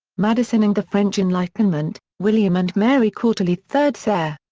madison and the french enlightenment, william and mary quarterly third ser.